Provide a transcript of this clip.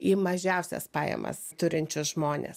į mažiausias pajamas turinčius žmones